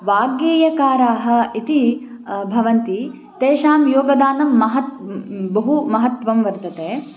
वाग्गेयकाराः इति भवन्ति तेषां योगदानं महत् म् म् बहु महत्त्वं वर्तते